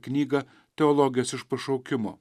knygą teologės iš pašaukimo